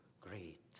great